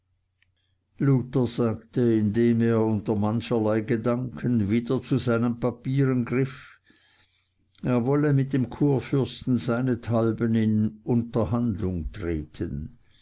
luther sagte indem er unter mancherlei gedanken wieder zu seinen papieren griff er wolle mit dem kurfürsten seinethalben in unterhandlung treten